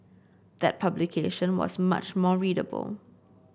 that publication was much more readable